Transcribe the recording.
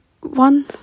one